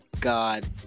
God